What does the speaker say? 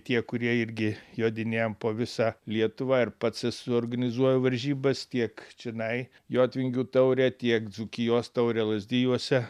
tie kurie irgi jodinėjam po visą lietuvą ir pats suorganizuoju varžybas tiek čionai jotvingių taurę tiek dzūkijos taurę lazdijuose